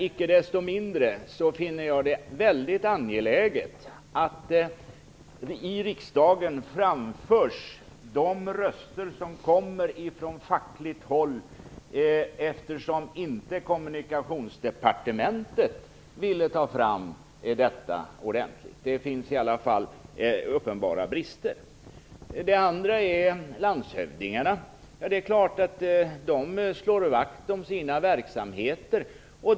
Icke desto mindre finner jag det mycket angeläget att i riksdagen framförs de röster som kommer från fackligt håll, eftersom inte Kommunikationsdepartementet ville ta fram ordentligt underlag. Det finns i alla fall uppenbara brister. Det är självklart att landshövdingarna slår vakt om sina verksamheter.